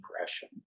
depression